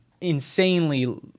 insanely